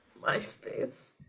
MySpace